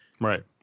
Right